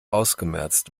ausgemerzt